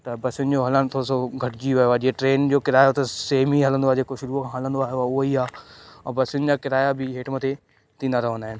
त बसियुनि जो हलण थोरो सो घटिजी वियो आहे जीअं ट्रेन जो किरायो त सेम ई हलंदो आहे जेको शुरूअ खां हलंदो आयो आहे उहेई आहे ऐं बसियुनि जा किराया बि हेठि मथे थींदा रहंदा आहिनि